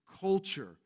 culture